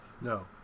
No